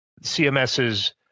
CMS's